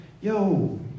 yo